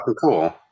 cool